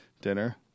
dinner